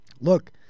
look